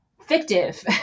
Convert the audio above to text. fictive